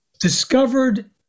discovered